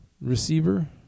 receiver